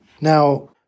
Now